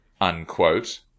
unquote